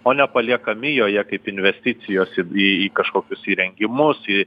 o ne paliekami joje kaip investicijos į į kažkokius įrengimus į